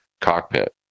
cockpit